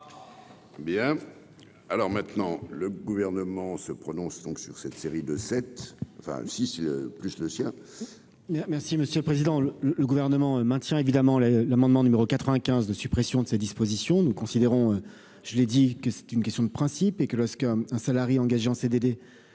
Bien, alors maintenant, le gouvernement se prononce donc sur cette série de cette enfin M6 le plus le sien. Merci monsieur le président, le gouvernement maintient évidemment le l'amendement numéro 95 de suppression de ces 10. Position nous considérons, je l'ai dit que c'est une question de principe et que lorsque un salarie engageant CDD